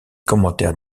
commentaires